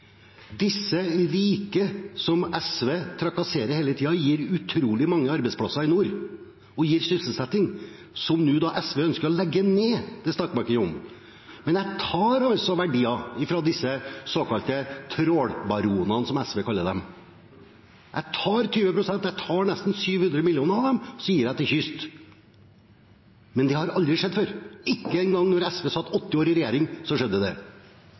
Disse rike, som SV trakasserer hele tiden, gir utrolig mange arbeidsplasser i nord og gir sysselsetting, som SV nå ønsker å legge ned – det snakker man ikke om. Men jeg tar altså verdier fra disse såkalte trålbaronene, som SV kaller dem. Jeg tar 20 pst., jeg tar nesten 700 mill. kr fra dem, og så gir jeg dem til kyst. Det har aldri skjedd før. Ikke engang da SV satt åtte år i regjering, skjedde det. Ingrid Heggø – til oppfølgingsspørsmål. Det